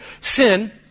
Sin